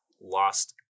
lost